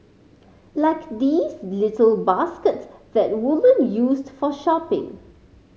like these little baskets that woman used for shopping